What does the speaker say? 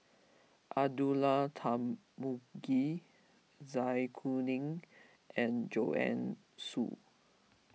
Abdullah Tarmugi Zai Kuning and Joanne Soo